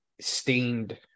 stained